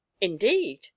indeed